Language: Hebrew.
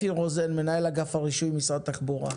אפי רוזן מנהל אגף הרישוי משרד התחבורה,